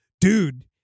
dude